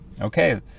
okay